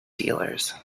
dealers